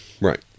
Right